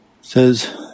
Says